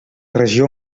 regió